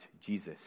Jesus